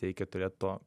reikia turėt to